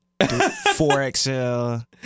4XL